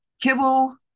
kibble